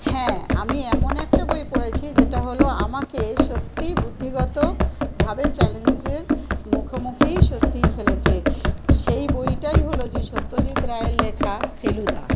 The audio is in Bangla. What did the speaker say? হ্যাঁ আমি এমন একটা বই পড়েছি যেটা হলো আমাকে সত্যিই বুদ্ধিগতভাবে চ্যালেঞ্জের মুখোমুখিই সত্যিই ফেলেছে সেই বইটাই হলো যে সত্যজিৎ রায়ের লেখা ফেলুদা